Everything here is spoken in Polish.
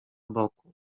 boku